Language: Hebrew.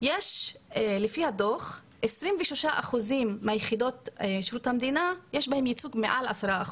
יש לפי הדו"ח 23% מיחידות שירות המדינה שיש בהן ייצוג מעל 10%,